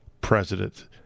president